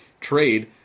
trade